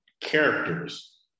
characters